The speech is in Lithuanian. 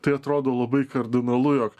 tai atrodo labai kardinalu jog